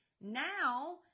Now